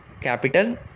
Capital